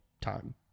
time